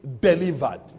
delivered